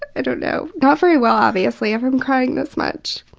i don't know. not very well obviously, if i'm crying this much.